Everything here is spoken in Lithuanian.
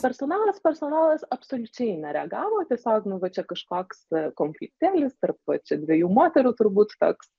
personalas personalas absoliučiai nereagavo tiesiog nu va čia kažkoks konfliktėlis tarp va čia dviejų moterų turbūt toks